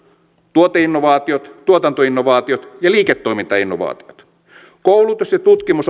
tuoteinnovaatiot tuotantoinnovaatiot ja liiketoimintainnovaatiot koulutus ja tutkimus